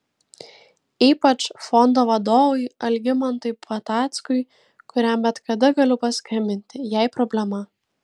ypač fondo vadovui algimantui patackui kuriam bet kada galiu paskambinti jei problema